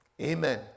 Amen